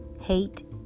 Hate